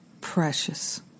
precious